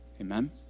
Amen